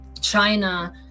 China